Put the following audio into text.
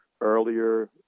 earlier